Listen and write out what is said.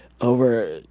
over